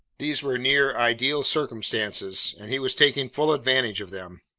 these were near-ideal circumstances, and he was taking full advantage of them.